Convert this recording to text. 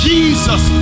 Jesus